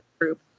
group